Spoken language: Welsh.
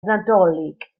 nadolig